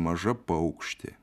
maža paukštė